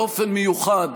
באופן מיוחד